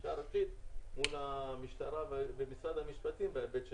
החקיקה הראשית מול המשטרה ומשרד המשפטים בהיבט האכיפה.